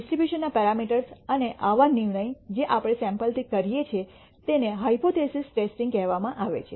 distribution ના parameters અને આવા નિર્ણય જે આપણે સૈમ્પલથી કરીએ છીએ તેને હાયપોથેસિસ ટેસ્ટિંગ કહેવામાં આવે છે